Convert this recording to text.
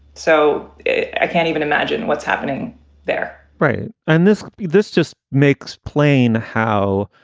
so i can't even imagine what's happening there. right and this this just makes plain how